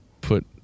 put